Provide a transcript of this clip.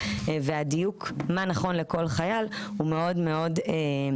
והדיוק מה נכון לכל חייל הוא מאוד חשוב.